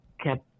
kept